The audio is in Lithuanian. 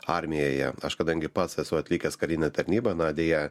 armijoje aš kadangi pats esu atlikęs karinę tarnybą na deja